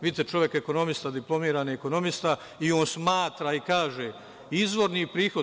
Vidite, čovek je ekonomista, diplomirani ekonomista i on smatra i kaže – izvorni prihod.